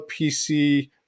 PC